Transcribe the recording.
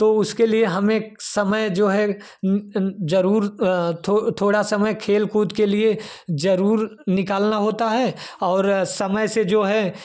तो उसके लिए हम एक समय जो है ज़रूर थो थोड़ा समय खेलकूद के लिए ज़रूर निकालना होता है और समय से जो है